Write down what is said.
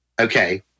okay